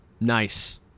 Nice